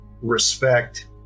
respect